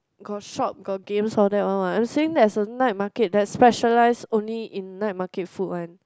got shop got games all that one what I'm saying there's a night market that specialize only in night market food one